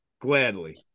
gladly